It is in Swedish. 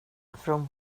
från